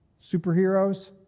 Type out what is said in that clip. superheroes